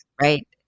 Right